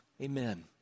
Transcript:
Amen